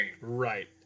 Right